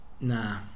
nah